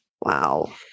Wow